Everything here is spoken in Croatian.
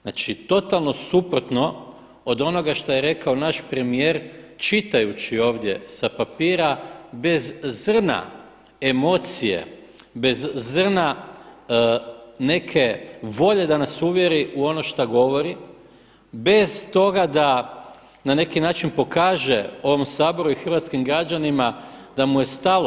Znači totalno suprotno od onoga što je rekao naš premijer čitajući ovdje sa papira bez zrna emocija, bez zrna neke volje da nas uvjeri u ono šta govori, bez toga da na neki način pokaže ovom Saboru i hrvatskim građanima da mu je stalo.